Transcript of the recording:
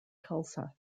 tulsa